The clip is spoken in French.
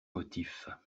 motifs